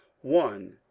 one